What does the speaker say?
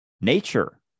nature